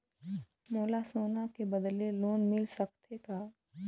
मोला सोना के बदले लोन मिल सकथे का?